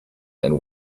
and